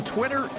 Twitter